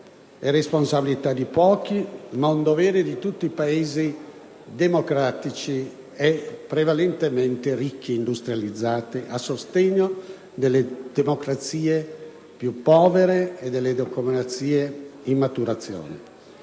e responsabilità di pochi, ma deve essere un dovere di tutti i Paesi democratici, prevalentemente ricchi e industrializzati, a sostegno delle democrazie più povere e in maturazione.